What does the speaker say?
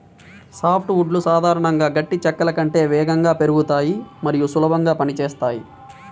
soft వుడ్లు సాధారణంగా గట్టి చెక్కల కంటే వేగంగా పెరుగుతాయి మరియు సులభంగా పని చేస్తాయి